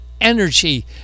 energy